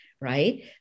right